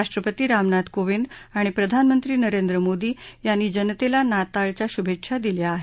राष्ट्रपती रामनाथ कोविंद आणि प्रधानमंत्री नरेंद्र मोदी यांनी जनतेला नाताळच्या शुभेच्छा दिल्या आहेत